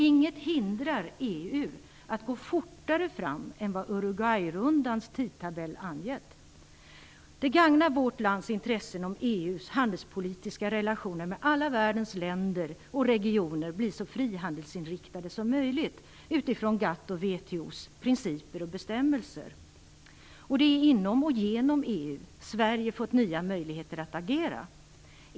Inget hindrar EU att gå fortare fram än vad Uruguayrundans tidtabell angett. Det gagnar vårt lands intressen om EU:s handelspolitiska relationer med alla världens länder och regioner blir så frihandelsinriktade som möjligt utifrån GATT:s och WTO:s principer och bestämmelser. Det är inom och genom EU som Sverige har fått nya möjligheter att agera.